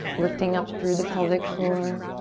lifting up through the pelvic floor.